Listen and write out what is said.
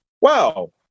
wow